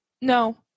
no